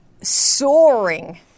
soaring